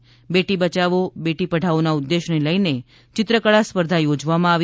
તેમાં બેટી પઢાઓ બેટી બયાવો ના ઉદ્દેશયને લઈને ચિત્રકળા સ્પર્ધા યોજવામાં આવી